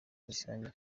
rusange